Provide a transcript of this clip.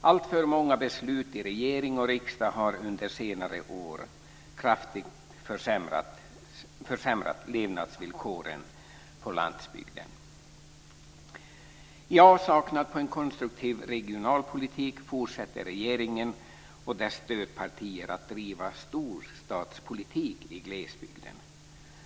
Alltför många beslut i regering och riksdag har under senare år kraftigt försämrat levnadsvillkoren på landsbygden.